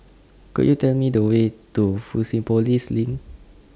Could YOU Tell Me The Way to Fusionopolis LINK